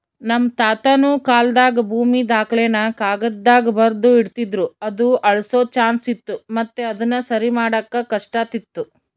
ನಮ್ ತಾತುನ ಕಾಲಾದಾಗ ಭೂಮಿ ದಾಖಲೆನ ಕಾಗದ್ದಾಗ ಬರ್ದು ಇಡ್ತಿದ್ರು ಅದು ಅಳ್ಸೋ ಚಾನ್ಸ್ ಇತ್ತು ಮತ್ತೆ ಅದುನ ಸರಿಮಾಡಾಕ ಕಷ್ಟಾತಿತ್ತು